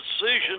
decision